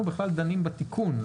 אנחנו בכלל דנים בתיקון.